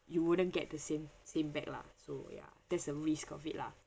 you wouldn't get the same same back lah so ya there's a risk of it lah